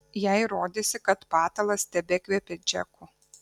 jai rodėsi kad patalas tebekvepia džeku